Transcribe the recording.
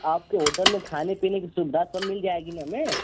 आपके होटल में खाने पीने की सुविधा तो मिल जाएगी न हमें